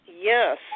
yes